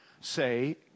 Say